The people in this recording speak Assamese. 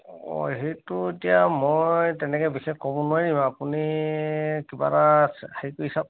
অঁ সেইটো এতিয়া মই তেনেকে বিশেষ ক'ব নোৱাৰিম আপুনি কিবা এটা হেৰি কৰি চাওক